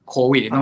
Covid